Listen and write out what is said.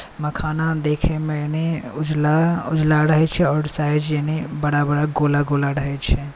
मखाना देखयमे उजला उजला रहैत छै आओर साइज एहने बड़ा बड़ा गोला रहैत छै